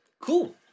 Cool